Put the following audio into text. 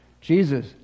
Jesus